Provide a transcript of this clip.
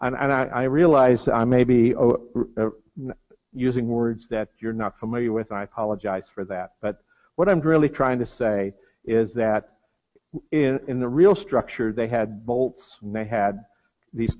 and i realize i may be using words that you're not familiar with and i apologize for that but what i'm really trying to say is that in the real structure they had bolts and they had these